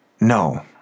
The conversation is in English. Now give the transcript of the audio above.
No